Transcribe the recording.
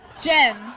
jen